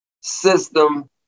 system